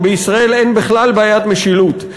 שבישראל אין בכלל בעיית משילות.